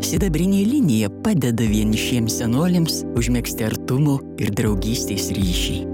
sidabrinė linija padeda vienišiems senoliams užmegzti artumo ir draugystės ryšį